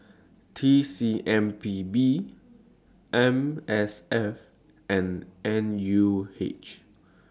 T C M P B M S F and N U H